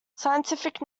scientific